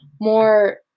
more